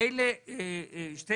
אלה שני